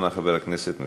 חבר הכנסת יוסי יונה,